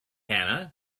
hannah